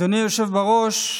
אדוני היושב בראש,